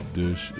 dus